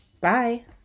Bye